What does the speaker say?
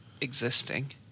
existing